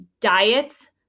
diets